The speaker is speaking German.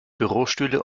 bürostühle